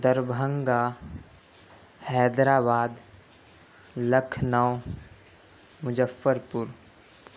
Darbhanga Hyderabad Lucknow Muzaffarpur